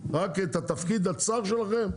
רק את התפקיד הצר שלכם,